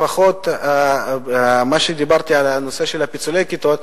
לפחות במה שדיברתי על הנושא של פיצולי כיתות,